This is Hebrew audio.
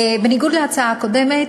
בניגוד להצעה הקודמת,